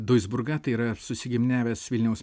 duisburgą tai yra susigiminiavęs vilniaus